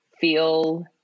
feel